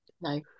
no